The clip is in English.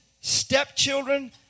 stepchildren